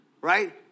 Right